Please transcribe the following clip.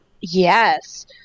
yes